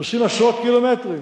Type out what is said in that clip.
נוסעים עשרות קילומטרים